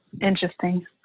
interesting